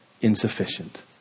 insufficient